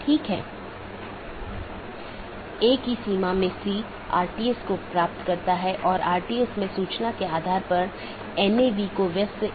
packet IBGP साथियों के बीच फॉरवर्ड होने के लिए एक IBGP जानकार मार्गों का उपयोग करता है